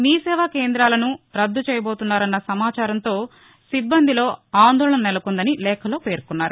మీ సేవా కేంద్రాలను రద్గ చేయబోతున్నారన్న సమాచారంతో సిబ్బందిలో ఆందోళన నెలకొందని లేఖలో పేర్కొన్నారు